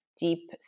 deep